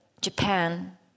Japan